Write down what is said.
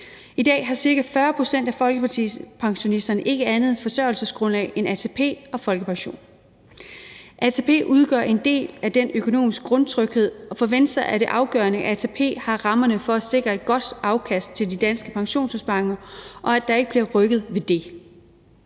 I dag har ca. 40 pct. af folkepensionisterne ikke andet forsørgelsesgrundlag end ATP og folkepension. ATP udgør en del af den økonomiske grundtryghed, og for Venstre er det afgørende, at ATP har rammerne for at sikre et godt afkast til de danske pensionsopsparinger, og at der ikke bliver rykket ved det.